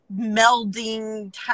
melding